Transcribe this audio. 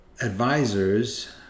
advisors